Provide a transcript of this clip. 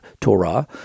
Torah